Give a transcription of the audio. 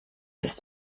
ist